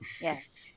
yes